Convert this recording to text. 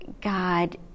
God